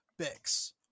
Bix